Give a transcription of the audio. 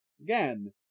Again